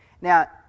Now